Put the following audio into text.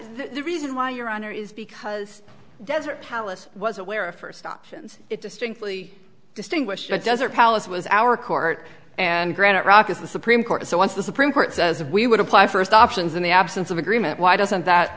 the reason why your honor is because desert palace was aware of first options it distinctly distinguished it does or palace was our court and granite rock is the supreme court so once the supreme court says we would apply first options in the absence of agreement why doesn't that